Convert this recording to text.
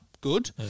good